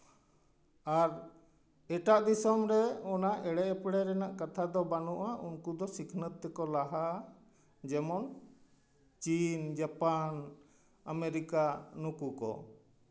ᱟᱨ ᱮᱴᱟᱜ ᱫᱤᱥᱳᱢ ᱨᱮ ᱚᱱᱟ ᱮᱲᱮ ᱮᱯᱲᱮ ᱨᱮᱱᱟᱜ ᱠᱟᱛᱷᱟ ᱫᱚ ᱵᱟᱹᱱᱩᱜᱼᱟ ᱩᱱᱠᱩ ᱫᱚ ᱥᱤᱠᱷᱱᱟᱹᱛ ᱛᱮᱠᱚ ᱞᱟᱦᱟᱜᱼᱟ ᱡᱮᱢᱚᱱ ᱪᱤᱱ ᱡᱟᱯᱟᱱ ᱟᱢᱮᱨᱤᱠᱟ ᱱᱩᱠᱩ ᱠᱚ